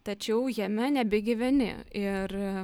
tačiau jame nebegyveni ir